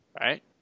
right